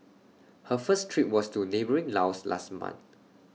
her first trip was to neighbouring Laos last month